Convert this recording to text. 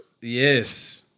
yes